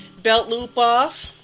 belt loop off,